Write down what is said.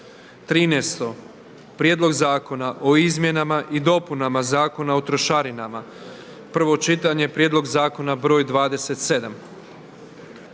30, 13. Prijedlog zakona o Izmjenama i dopunama Zakona o trošarinama, prvo čitanje, prijedlog zakona br. 27,